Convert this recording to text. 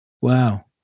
Wow